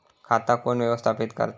खाता कोण व्यवस्थापित करता?